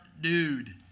dude